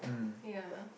ya